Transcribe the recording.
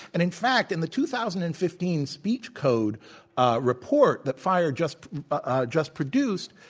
and in fact, in the two thousand and fifteen speech code report that fire just ah just produced,